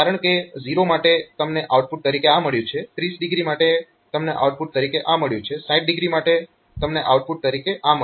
તો કારણકે 0 માટે તમને આઉટપુટ તરીકે આ મળ્યું છે 30o માટે તમને આઉટપુટ તરીકે આ મળ્યું છે 60o માટે તમને આઉટપુટ તરીકે આ મળ્યું છે